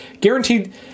Guaranteed